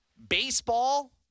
baseball